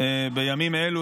בימים אלו,